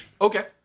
okay